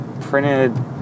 printed